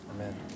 Amen